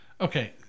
Okay